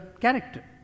character